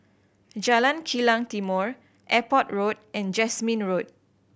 Jalan Kilang Timor Airport Road and Jasmine Road